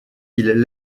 ils